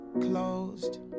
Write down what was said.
closed